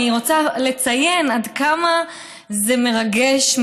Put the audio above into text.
אני רוצה לציין עד כמה זה מרגש,